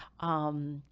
um,